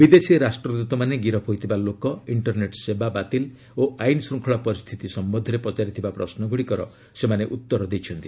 ବିଦେଶୀ ରାଷ୍ଟ୍ରଦୃତମାନେ ଗିରଫ୍ ହୋଇଥିବା ଲୋକ ଇଣ୍ଟରନେଟ୍ ସେବା ବାତିଲ ଓ ଆଇନ୍ ଶୃଙ୍ଖଳା ପରିସ୍ଥିତି ସମ୍ୟନ୍ଧରେ ପଚାରିଥିବା ପ୍ରଶ୍ନଗୁଡ଼ିକର ସେମାନେ ଉତ୍ତର ଦେଇଛନ୍ତି